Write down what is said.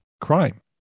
crime